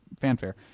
fanfare